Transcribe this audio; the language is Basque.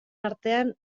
artean